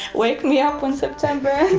wake me up when september